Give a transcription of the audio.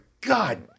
God